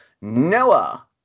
Noah